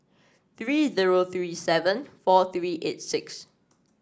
three zero three seven four three eight six